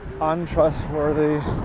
untrustworthy